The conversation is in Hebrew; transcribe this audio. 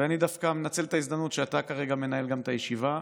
ואני דווקא מנצל את ההזדמנות שאתה כרגע מנהל את הישיבה,